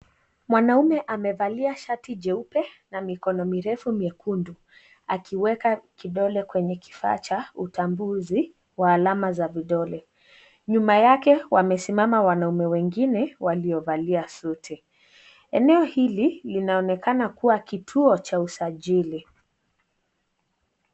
Mwanaume amevalia shati jeupe na mikono mirefu miekundu. Akiweka kidole kwenye kifaa cha utambuzi wa alama za vidole. Nyuma yake, wamesimama wanaume wengine waliovalia suti. Eneo hili, linaonekana kuwa kituo cha usajili.